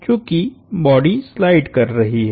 चूंकि body slide कर रही है